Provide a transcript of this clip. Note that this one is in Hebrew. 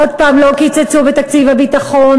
עוד הפעם לא קיצצו בתקציב הביטחון,